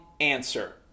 answer